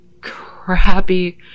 crappy